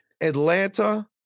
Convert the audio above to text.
Atlanta